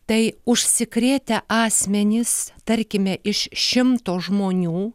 tai užsikrėtę asmenys tarkime iš šimto žmonių